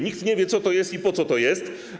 Nikt nie wie, co to jest i po co to jest.